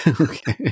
Okay